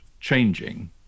changing